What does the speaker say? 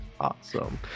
awesome